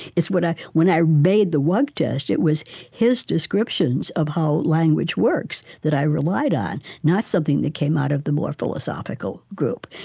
it's what i when i made the wug test, it was his descriptions of how language works that i relied on, not something that came out of the more philosophical group.